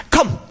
Come